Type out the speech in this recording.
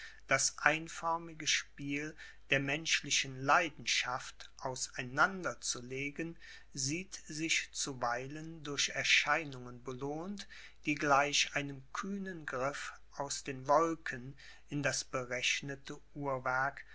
das einförmige spiel der menschlichen leidenschaft aus einander zu legen sieht sich zuweilen durch erscheinungen belohnt die gleich einem kühnen griff aus den wolken in das berechnete uhrwerk